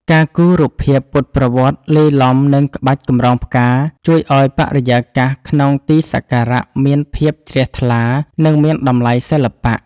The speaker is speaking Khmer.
ការគូរ រូបភាពពុទ្ធប្រវត្តិ លាយឡំនឹងក្បាច់កម្រងផ្កា ជួយឱ្យបរិយាកាសក្នុងទីសក្ការៈមានភាពជ្រះថ្លា និងមានតម្លៃសិល្បៈ។